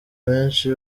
benshi